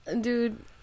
Dude